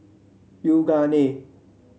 yoogane